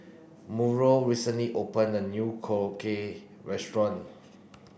Murl recently opened a new Korokke restaurant